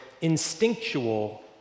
instinctual